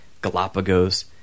Galapagos